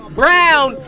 brown